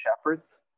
shepherds